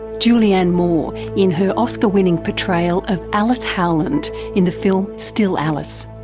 julianne moore in her oscar winning portrayal of alice howland in the film still alice.